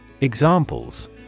Examples